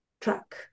track